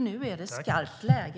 Nu är det skarpt läge.